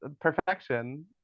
perfection